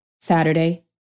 Saturday